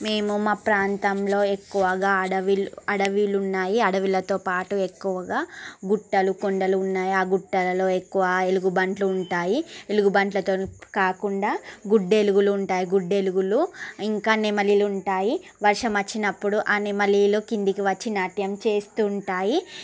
మేము మా ప్రాంతంలో ఎక్కువగా అడవిల్ అడవులు ఉన్నాయి అడవిలోతో పాటు ఎక్కువగా గుట్టలు కొండలు ఉన్నాయి ఆ గుట్టలలో ఎక్కువ ఎలుగుబంట్లు ఉంటాయి ఎలుగుబంట్లుతో కాకుండా గుడ్డెలుగులు ఉంటాయి గుడ్డెలుగులు ఇంకా నెమలిలు ఉంటాయి వర్షం వచ్చినప్పుడు ఆ నెమలిలు కిందికి వచ్చి నాట్యం చేస్తుంటాయి